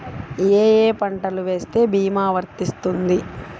ఏ ఏ పంటలు వేస్తే భీమా వర్తిస్తుంది?